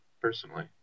personally